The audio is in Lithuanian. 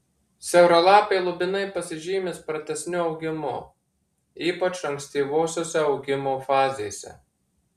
siauralapiai lubinai pasižymi spartesniu augimu ypač ankstyvosiose augimo fazėse